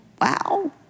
wow